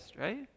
right